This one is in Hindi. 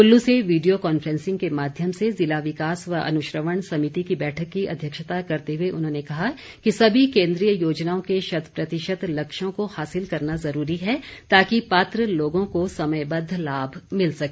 कुल्लू से वीडियो कॉन्फ्रेंसिंग के माध्यम से जिला विकास व अनुश्रवण समिति की बैठक की अध्यक्षता करते हुए उन्होंने कहा कि सभी केन्द्रीय योजनाओं के शत प्रतिशत लक्ष्यों को हासिल करना ज़रूरी है ताकि पात्र लोगों को समयबद्ध लाभ मिल सके